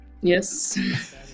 yes